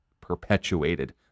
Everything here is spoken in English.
perpetuated